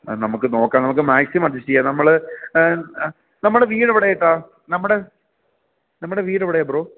നമക്ക് നോക്കാം നമക്ക് മാക്സിമം അഡ്ജസ്റ്റീയ്യാ നമ്മള് നമ്മടെ വീടെവിടായിട്ടാ നമ്മടെ നമ്മടെ വീടെവിടെയാ ബ്രോ